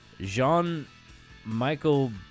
Jean-Michael